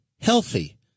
healthy